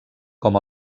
com